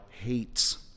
hates